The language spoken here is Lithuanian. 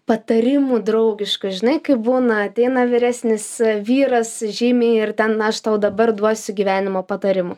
patarimų draugiškų žinai kai būna ateina vyresnis vyras žymiai ir ten aš tau dabar duosiu gyvenimo patarimų